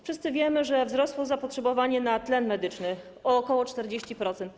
Wszyscy wiemy, że wzrosło zapotrzebowanie na tlen medyczny, o ok. 40%.